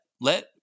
let